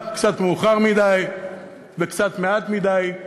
קצת מאוחר מדי וקצת מעט מדי,